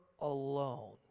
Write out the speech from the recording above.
alone